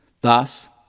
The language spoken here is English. Thus